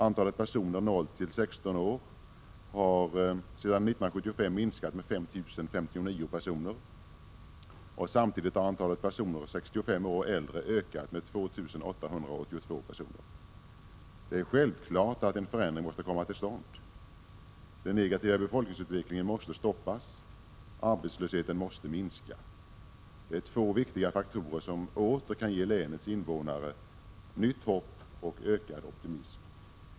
Antalet personer i åldrarna 0—16 år har sedan 1975 minskat med 5 059 personer. Samtidigt har antalet personer som är 65 år eller äldre ökat med 2 882 personer. Det är självklart att en förändring måste komma till stånd. Den negativa befolkningsutvecklingen måste stoppas och arbetslösheten måste minska. Det är två viktiga faktorer när det gäller att åter ge länets invånare nytt hopp och att få dem att känna ökad optimism.